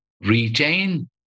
retain